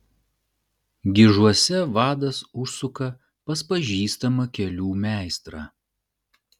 gižuose vadas užsuka pas pažįstamą kelių meistrą